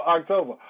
October